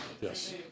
Yes